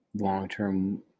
long-term